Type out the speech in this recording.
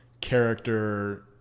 character